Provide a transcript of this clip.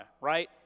right